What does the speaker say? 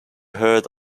heard